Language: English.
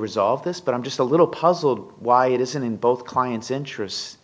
resolve this but i'm just a little puzzled why it isn't in both client's interests